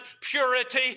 purity